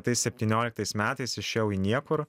tai septynioliktais metais išėjau į niekur